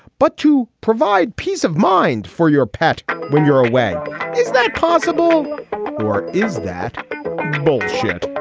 but to provide peace of mind for your pet when you're away is that possible or is that bullshit?